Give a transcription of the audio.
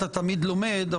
אתה תמיד לומד,